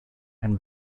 and